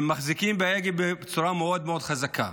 הם מחזיקים בהגה בצורה מאוד מאוד חזקה.